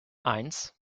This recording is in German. eins